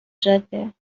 جاده